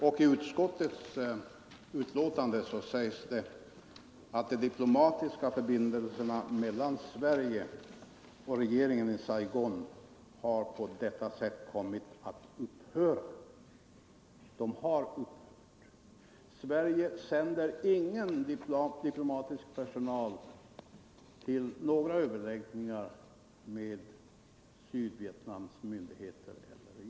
I utrikesutskottets betänkande heter det: ”De diplomatiska förbindelserna mellan Sverige och regeringen i Saigon har på detta sätt kommit att upphöra.” De har upphört. Vi sänder ingen diplomatisk personal till några överläggningar med Sydvietnams myndigheter eller regering.